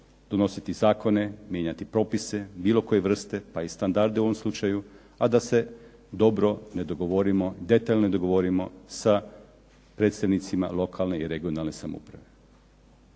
donositi zakone, mijenjati propise bilo koje vrste, pa i standarde u ovom slučaju, a da se dobro ne dogovorimo, detaljno ne dogovorimo sa predstavnicima lokalne i regionalne samouprave.